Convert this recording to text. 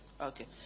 Okay